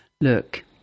Look